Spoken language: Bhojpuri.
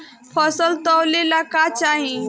फसल तौले ला का चाही?